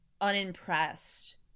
unimpressed